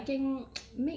I would love that power